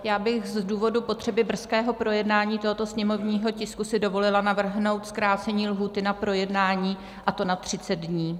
Já bych z důvodu potřeby brzkého projednání tohoto sněmovního tisku si dovolila navrhnout zkrácení lhůty na projednání, a to na 30 dní.